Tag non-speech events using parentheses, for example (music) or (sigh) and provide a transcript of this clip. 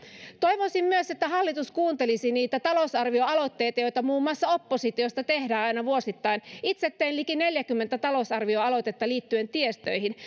toivoisin myös että hallitus kuuntelisi niitä talousarvioaloitteita joita muun muassa oppositiosta tehdään aina vuosittain itse tein liki neljäkymmentä talousarvioaloitetta liittyen tiestöihin (unintelligible)